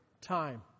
time